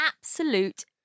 absolute